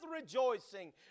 rejoicing